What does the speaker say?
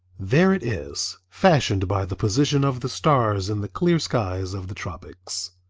there it is, fashioned by the position of the stars in the clear skies of the tropics.